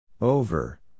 Over